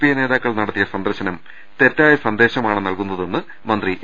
I നേതാക്കൾ നടത്തിയ സന്ദർശനം തെറ്റായ സന്ദേശമാണ് നൽകുകയെന്ന് മന്ത്രി എ